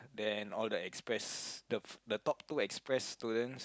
then all the express the top two express student